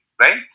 Right